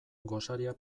gosaria